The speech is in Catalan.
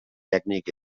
tècnic